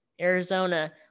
Arizona